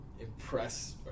impress